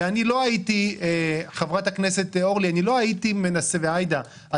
חברות הכנסת אורלי ועאידה,